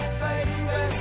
baby